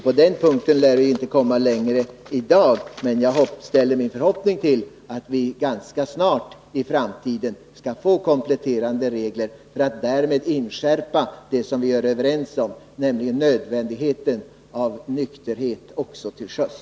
På denna punkt lär vi inte komma längre i dag, men jag hoppas att vi ganska snart får kompletterande regler för att därmed inskärpa vad vi är överens om, nämligen nödvändigheten av nykterhet också till sjöss.